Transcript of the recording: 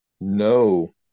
No